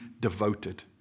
devoted